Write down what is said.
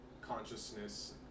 consciousness